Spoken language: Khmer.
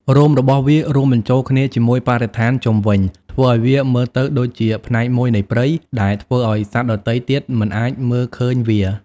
រោមរបស់វារួមបញ្ចូលគ្នាជាមួយបរិស្ថានជុំវិញ ធ្វើឲ្យវាមើលទៅដូចជាផ្នែកមួយនៃព្រៃ ដែលធ្វើឲ្យសត្វដទៃទៀតមិនអាចមើលឃើញវា។